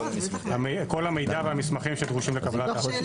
כל המידע והמסמכים שדרושים לקבלת החלטה.